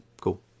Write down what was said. cool